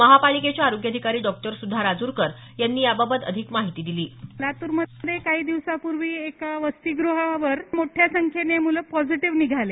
महापालिकेच्या आरोग्य अधिकारी डॉ सुधा राजूरकर यांनी याबाबत अधिक माहिती दिली लातूरमध्ये काही दिवसांपूर्वी एका वसतीग्रहावर मोठ्या संख्येने मुलं पॉझिटिव्ह निघाली